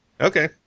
Okay